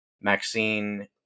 Maxine